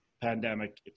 pandemic